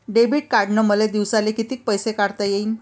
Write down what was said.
Debit कार्डनं मले दिवसाले कितीक पैसे काढता येईन?